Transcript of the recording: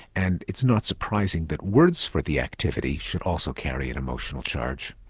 and it's not surprising that words for the activity should also carry an emotional charge.